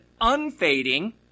unfading